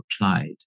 applied